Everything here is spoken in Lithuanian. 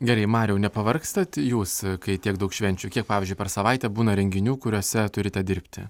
gerai mariau nepavargstat jūs kai tiek daug švenčių kiek pavyzdžiui per savaitę būna renginių kuriuose turite dirbti